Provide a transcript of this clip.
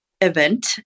event